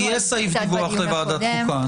יהיה סעיף דיווח לוועדת החוקה.